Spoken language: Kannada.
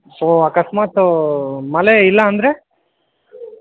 ಸೊ ಅಕಸ್ಮಾತ್ ಮಳೆ ಇಲ್ಲಾಂದರೆ